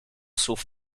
słów